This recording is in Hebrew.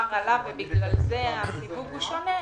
השער עלה ובגלל זה הסיווג הוא שונה,